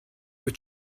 were